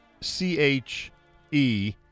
C-H-E